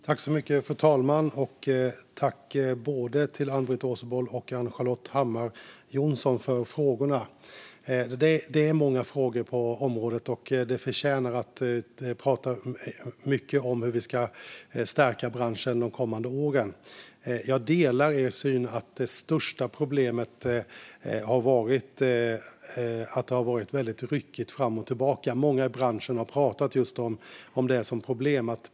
Fru talman! Jag vill tacka både Ann-Britt Åsebol och Ann-Charlotte Hammar Johnsson för frågorna. Det är många frågor på området, och det förtjänar att pratas mycket om hur vi ska stärka branschen de kommande åren. Jag håller med om att det största problemet har varit att det har varit ryckigt, fram och tillbaka. Många i branschen har pratat om just det.